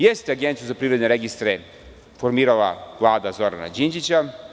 Jeste Agenciju za privredne registre formirala Vlada Zorana Đinđića.